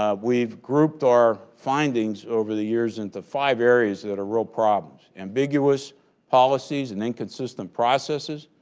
ah we've grouped our findings over the years into five areas that are real problems ambiguous policies and inconsistent processes,